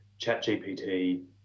ChatGPT